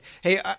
Hey